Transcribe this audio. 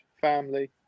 family